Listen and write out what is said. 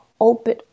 open